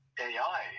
AI